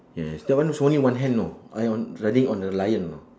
yes that one was only one hand know I on riding on the lion know